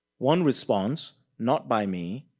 one response, not by me,